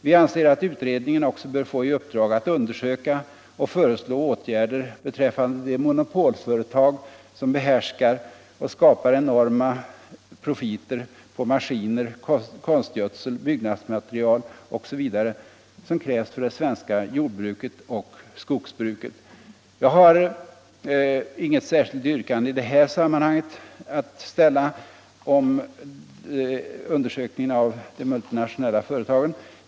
Vi anser att utredningen också bör få i uppdrag att undersöka och föreslå åtgärder beträffande de monopolföretag som behärskar och skapar enorma profiter på maskiner, konstgödsel, byggnadsmaterial osv., som krävs för det svenska jordbruket och skogsbruket. Jag har inget särskilt yrkande att ställa i det här sammanhanget om undersökningen av de multinationella företagen.